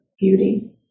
beauty